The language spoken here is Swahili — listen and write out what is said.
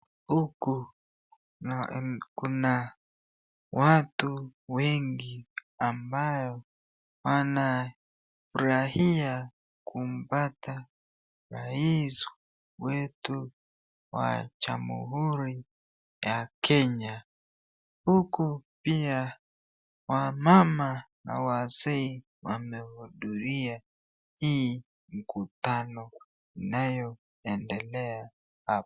Huku kuna watu wengi ambao wanafurahia kumpata rais wetu wa jamuhuri ya kenya huku pia wamama na wazee wamehudhuria hii mkutano inayoendelea hapa.